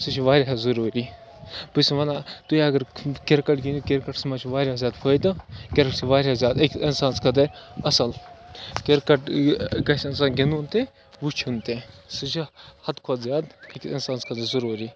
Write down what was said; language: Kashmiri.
سُہ چھِ واریاہ ضٔروٗری بہٕ چھُس وَنان تُہۍ اگر کِرکَٹ گِنٛدیوٗ کِرکَٹَس منٛز چھِ واریاہ زیادٕ فٲیدٕ کِرکَٹ چھِ واریاہ زیادٕ أکِس اِنسانَس خٲطرٕ اَصٕل کِرکَٹ گژھِ اِنسان گِنٛدُن تہِ وٕچھُن تہِ سُہ چھِ حَدٕ کھۄتہٕ زیادٕ ہیٚکہِ اِنسانَس خٲطرٕ ضٔروٗری